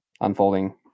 unfolding